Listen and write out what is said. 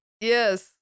Yes